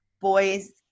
boys